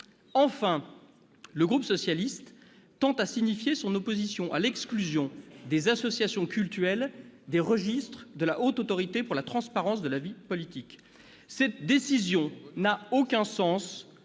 Enfin, le groupe socialiste et républicain signifie son opposition à l'exclusion des associations cultuelles des registres de la Haute Autorité pour la transparence de la vie politique. Cette décision n'a aucun sens